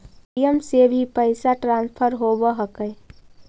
Paytm से भी पैसा ट्रांसफर होवहकै?